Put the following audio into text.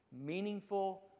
meaningful